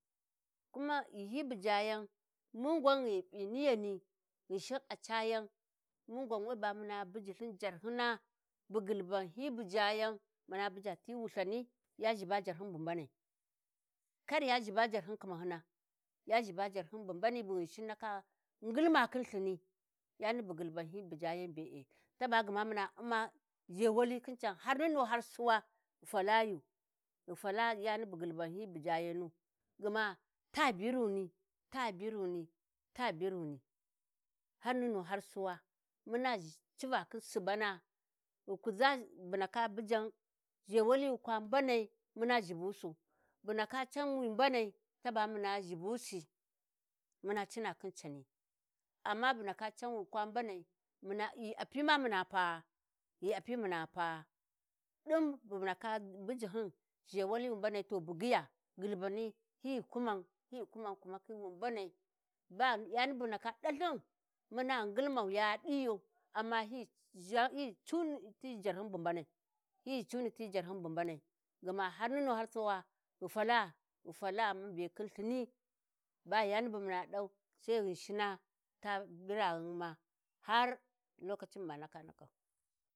﻿Kuma ghi hyi bujayan mun gwan ghi p'i niyani, Ghinshin a cayan, mun gwan we ba mu na buji Ithin jarhyina bu ghulhuban hyi bujayan muna buja ti Wulthani ya zhiba jarhyin bu mbanai, Kar ya zhiba jarhyin Khimahyina ya zhiba jarhyin bu mbani, bu Ghinshin ndaka ghulma khin lthini. Yani bu ghulhuban hyi bujayan be'e. Taba gma muna u'ma zhewali khin can har nunu har Suwa ghi fala yu, ghi fala yani bu ghulhuban hyi bujayanu gma ta biruni, ta biruni ta biru ni. Har nunu har suwa muna civa khin Subana, ghi Kuza bu ndaka bujan zhewali wi Kwa mbani muna zhibusu, bu ndaka can wi mbanai taba muna zhibusi, muna cina khin cani. Amma bu ndaka Can wi kwa mbanai muna ghi a pi ma muna paa, ghi a pi muna paa. Din bu ndaka bujihyun zhewali wi mbanai to bugyiya, ghulhubani, hyi Kuman hyi kuman, Kuma khi wi mbanai. Ba yani bu ghi ndaka ɗalthin muna ngilmau ya ɗi yu amma hyi zhan hyi cu ni ti jarhyun bu mbanai, hyi Cuni ti jarhyun bu mbanai gma har nunu har suwa ghi fala ghi fala mun be khin lthini ba yani bu muna dau sai Ghinshina ta biraghuma har lokacin bu ma ndaka ndakau.